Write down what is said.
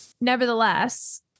Nevertheless